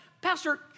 Pastor